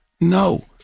No